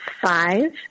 five